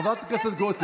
חברת הכנסת גוטליב,